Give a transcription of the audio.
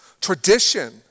tradition